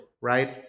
right